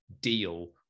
deal